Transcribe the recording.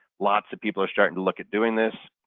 lots of people are starting to look at doing this.